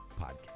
podcast